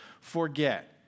forget